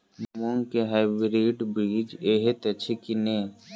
मूँग केँ हाइब्रिड बीज हएत अछि की नै?